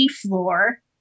floor